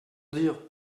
dire